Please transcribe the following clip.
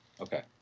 Okay